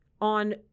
on